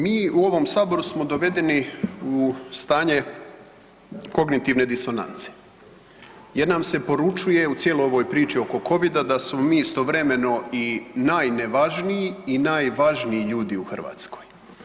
Mi u ovom Saboru smo dovedeni u stanje kognitivne disonance jer nam se poručuje u cijeloj ovoj priči oko covida da smo mi istovremeno i najnevažniji i najvažniji ljudi u Hrvatskoj.